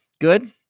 Good